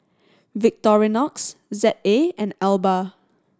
Victorinox Z A and Alba